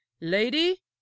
Lady